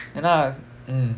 ya lah mm